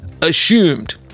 assumed